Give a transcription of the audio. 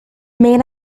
main